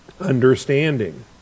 understanding